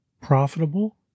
profitable